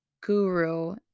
guru